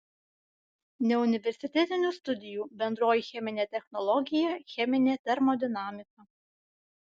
neuniversitetinių studijų bendroji cheminė technologija cheminė termodinamika